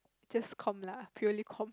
just com lah purely com